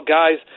guys